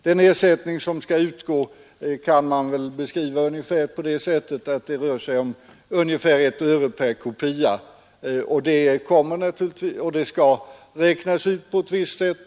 Den ersättning som skall utgå kan väl beskrivas på det sättet att det rör sig om ungefär 1 öre per kopia, och den skall räknas ut på ett visst sätt.